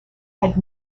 had